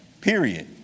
period